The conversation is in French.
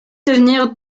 devenir